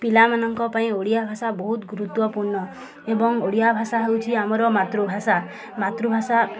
ପିଲାମାନଙ୍କ ପାଇଁ ଓଡ଼ିଆ ଭାଷା ବହୁତ ଗୁରୁତ୍ୱପୂର୍ଣ୍ଣ ଏବଂ ଓଡ଼ିଆ ଭାଷା ହେଉଛି ଆମର ମାତୃଭାଷା ମାତୃଭାଷା